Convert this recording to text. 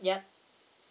yup